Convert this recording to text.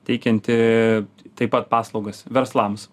teikianti taip pat paslaugas verslams